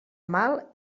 mal